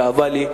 כאבה לי,